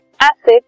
acid